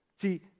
See